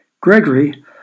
Gregory